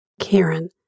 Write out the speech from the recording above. Karen